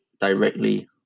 directly